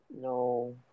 no